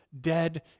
dead